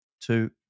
Two